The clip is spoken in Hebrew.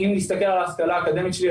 על ההשכלה האקדמית שלי,